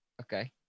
Okay